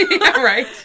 Right